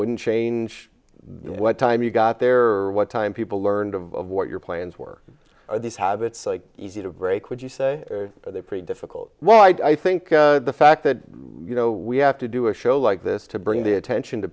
wouldn't change what time you got there what time people learned of what your plans were these habits like easy to break would you say but they're pretty difficult why do i think the fact that you know we have to do a show like this to bring the attention to